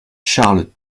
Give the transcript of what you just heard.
charles